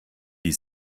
die